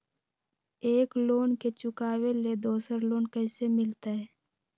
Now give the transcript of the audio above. एक लोन के चुकाबे ले दोसर लोन कैसे मिलते?